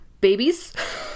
babies